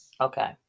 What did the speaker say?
Okay